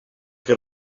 qui